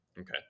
Okay